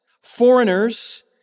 foreigners